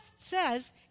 says